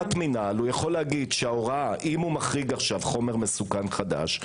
מינהל הוא יכול להגיד שאם הוא מחריג עכשיו חומר מסוכן חדש,